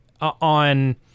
on